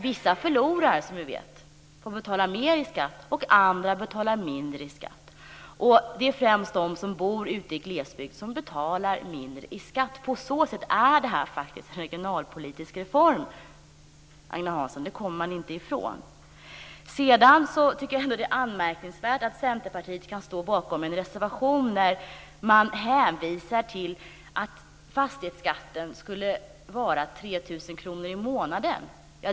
Vissa förlorar, som vi vet, och får betala mer i skatt, och andra får betala mindre i skatt. De är främst de som bor ute i glesbygd som betalar mindre i skatt. På så sätt är det faktiskt en regionalpolitisk reform, Agne Hansson. Det kommer man inte ifrån. Det är anmärkningsvärt att Centerpartiet kan stå bakom en reservation där man hänvisar till att fastighetsskatten skulle vara 3 000 kr i månaden.